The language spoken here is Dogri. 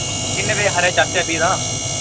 किन्ने बजे हारे जाचै भी तां